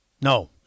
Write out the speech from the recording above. No